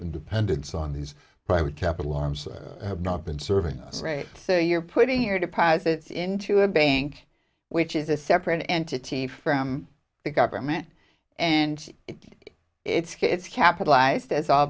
dependence on these private capital arms have not been serving us so you're putting your deposits into a bank which is a separate entity from the government and it it's capitalized as all